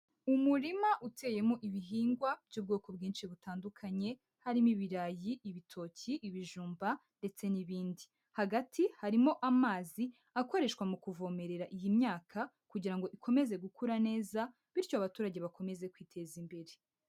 Umurima uteyemo ibihingwa by'ubwoko bwinshi butandukanye, harimo ibirayi, ibitoki, ibijumba ndetse n'ibindi, hagati harimo amazi akoreshwa mu kuvomerera iyi myaka kugira ngo ikomeze gukura neza bityo abaturage bakomeze kwiteza imbere.